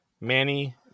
Manny